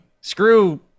screw